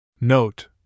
Note